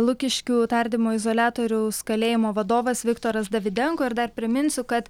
lukiškių tardymo izoliatoriaus kalėjimo vadovas viktoras davidenko ir dar priminsiu kad